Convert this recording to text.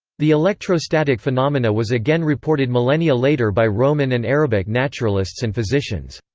the electrostatic phenomena was again reported millennia later by roman and arabic naturalists and physicians.